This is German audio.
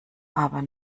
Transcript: aber